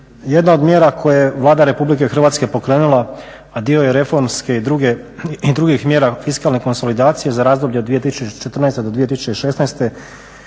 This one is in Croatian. Jedna od mjera koje je Vlada Republike Hrvatske pokrenula a dio je reformske i drugih mjera fiskalne konsolidacije za razdoblje od 2014. do 2016.